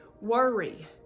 worry